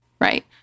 Right